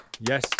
Yes